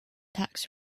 tax